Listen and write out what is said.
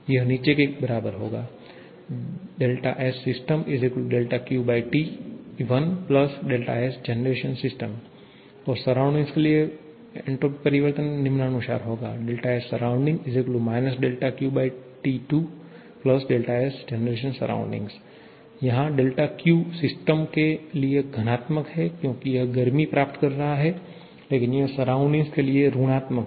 यह निचे के बराबर होगा dSsysQT1Sgensys और सराउंडिंग के लिए एन्ट्रापी परिवर्तन निम्नानुसार होगा dSsurr QT2Sgensurr यहां Q सिस्टम के लिए घनात्मक है क्योंकि यह गर्मी प्राप्त कर रहा है लेकिन यह सराउंडिंग के लिए ऋणात्मक है